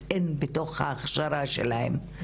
מובנה בתוך ההכשרה שלהם.